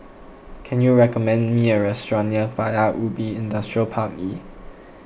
can you recommend me a restaurant near Paya Ubi Industrial Park E